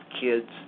kids